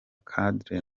cadre